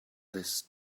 this